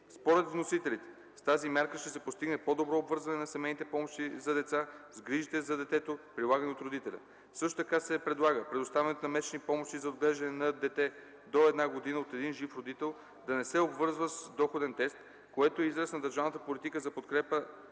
Според вносителите с тази мярка ще се постигне по-добро обвързване на семейните помощи за деца с грижите за детето, полагани от родителя. Също така се предлага предоставянето на месечни помощи за отглеждане на дете до една година от един жив родител да не се обвързва с доходен тест, което е израз на държавната политика за подкрепа